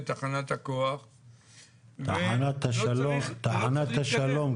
שהיא שטח חקלאי של כפר קאסם ליד הבתים שלו,